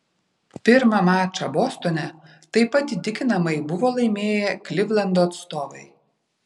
pirmą mačą bostone taip pat įtikinamai buvo laimėję klivlando atstovai